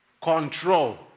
Control